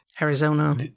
Arizona